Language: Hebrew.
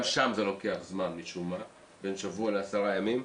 גם שם זה לוקח זמן משום מה, בין שבוע לעשרה ימים,